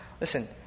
Listen